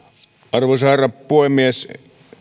arvoisa herra puhemies